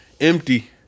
empty